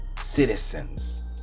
citizens